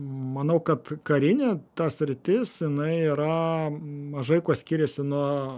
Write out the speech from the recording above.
manau kad karinė ta sritis jinai yra mažai kuo skiriasi nuo